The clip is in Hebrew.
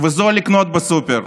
וזול לקנות בסופר?